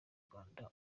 rwanda